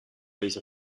base